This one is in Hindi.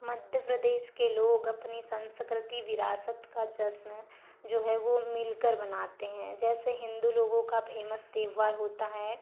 मध्य प्रदेश के लोग अपनी संस्कृति विरासत का जश्न जो है वो मिलकर मनाते हैं जैसे हिंदू लोगों का फेमस त्यौहार होता है